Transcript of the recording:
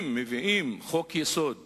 אם מביאים לשינוי חוק-יסוד